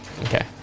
Okay